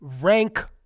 rank